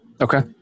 Okay